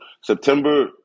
September